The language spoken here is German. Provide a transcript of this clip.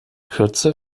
kürze